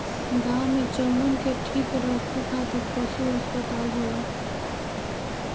गाँव में चउवन के ठीक रखे खातिर पशु अस्पताल होला